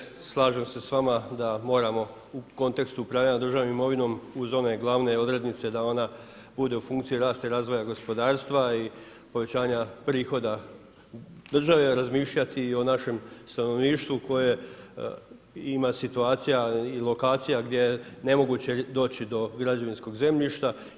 Pa kolegice slažem se s vama da moramo u kontekstu upravljanja državnom imovinom uz one glavne odrednice da ona bude u funkciji rasta i razvoja gospodarstva i povećanja prihoda države razmišljati i o našem stanovništvu koje ima situacija i lokacija gdje je nemoguće doći do građevinskog zemljišta.